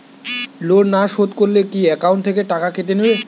Loan না শোধ করলে কি একাউন্ট থেকে টাকা কেটে নেবে?